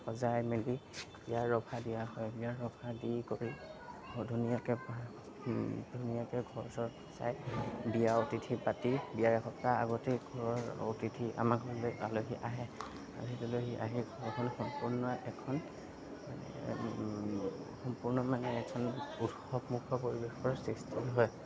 সজাই মেলি বিয়াৰ ৰভা দিয়া হয় বিয়াৰ ৰভা দি কৰি ধুনীয়াকৈ ধুনীয়াকৈ ঘৰ চৰ সজাই বিয়াৰ অতিথি পাতি বিয়াৰ একসপ্তাহ আগতেই ঘৰৰ অতিথি আমাৰ ঘৰলৈ আলহী আহে আলহী দুলহী আহি ঘৰখন সম্পূৰ্ণ এখন সম্পূৰ্ণ মানে এখন উৎসৱ মুখৰ পৰিৱেশৰ সৃষ্টি হয়